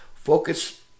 focus